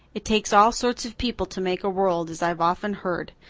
it takes all sorts of people to make a world, as i've often heard,